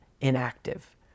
inactive